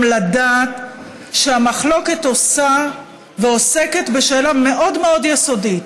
לדעת שהמחלוקת עושה ועוסקת בשאלה מאוד מאוד יסודית,